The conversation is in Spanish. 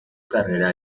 carrera